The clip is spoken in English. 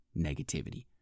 negativity